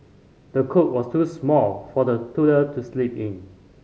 the cot was too small for the toddler to sleep in